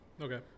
Okay